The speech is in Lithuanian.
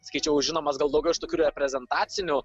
sakyčiau žinomas gal daugiau iš tokių reprezentacinių